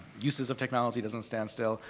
uses of technology doesn't stand still.